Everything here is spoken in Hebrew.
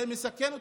זה מסכן אותם,